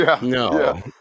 No